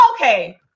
okay